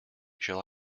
shall